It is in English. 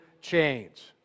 chains